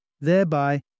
thereby